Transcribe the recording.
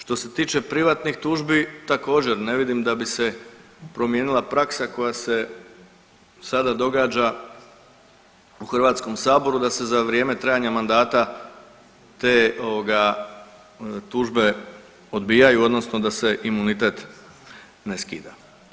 Što se tiče privatnih tužbi također ne vidim da bi se promijenila praksa koja se sada događa u Hrvatskom saboru da se za vrijeme trajanja mandata te ovoga tužbe odbijaju odnosno da se imunitet ne skida.